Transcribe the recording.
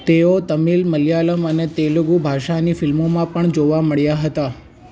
તેઓ તમિલ મલયાલમ અને તેલુગુ ભાષાની ફિલ્મોમાં પણ જોવા મળ્યાં હતાં